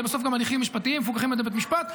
בסוף אלה הליכים משפטיים שמפוקחים על ידי בית משפט.